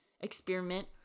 experiment